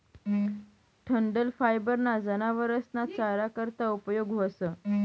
डंठल फायबर ना जनावरस ना चारा करता उपयोग व्हस